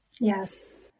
Yes